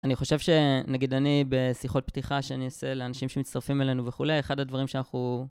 אני חושב שנגיד אני בשיחות פתיחה שאני עושה לאנשים שמצטרפים אלינו וכולי אחד הדברים שאנחנו